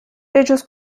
بهجز